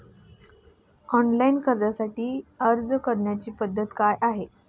Online कर्जासाठी अर्ज करण्याची पद्धत काय आहे?